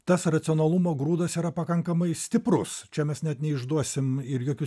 tas racionalumo grūdas yra pakankamai stiprus čia mes net neišduosim ir jokių